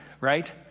right